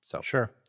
Sure